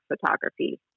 photography